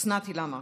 אוסנת הילה מארק.